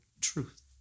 truth